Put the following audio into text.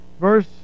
Verse